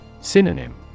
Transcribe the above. Synonym